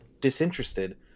disinterested